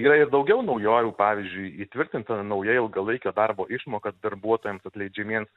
yra ir daugiau naujovių pavyzdžiui įtvirtinta nauja ilgalaikio darbo išmoka darbuotojams atleidžiamiems